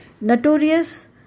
Notorious